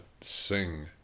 sing